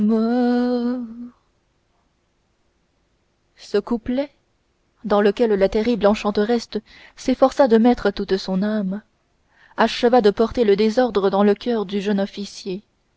ce couplet dans lequel la terrible enchanteresse s'efforça de mettre toute son âme acheva de porter le désordre dans le coeur du jeune officier